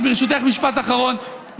ברשותך, משפט אחרון.